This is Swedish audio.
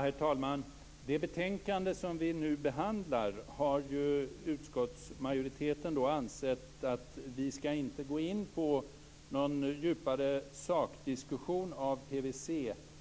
Herr talman! I det betänkande som vi nu behandlar har ju utskottsmajoriteten ansett att vi inte skall gå in på någon djupare sakdiskussion om PVC